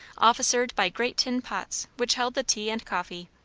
officered by great tin pots which held the tea and coffee.